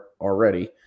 already